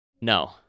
No